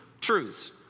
truths